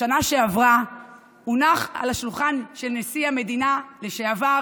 בשנה שעברה הונח על שולחן נשיא המדינה לשעבר